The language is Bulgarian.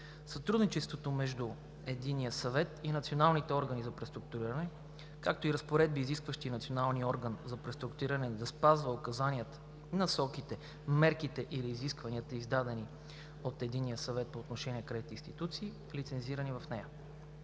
сътрудничеството между Единния съвет и националните органи за преструктуриране, както и разпоредби, изискващи Националният орган за преструктуриране да спазва указанията, насоките, мерките или изискванията, издадени от Единния съвет по отношение на кредитните институции, лицензирани в нея.